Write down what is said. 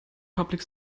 public